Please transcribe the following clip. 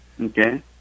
Okay